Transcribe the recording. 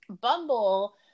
bumble